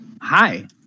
Hi